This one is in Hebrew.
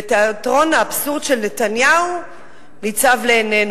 ותיאטרון האבסורד של נתניהו ניצב לעינינו.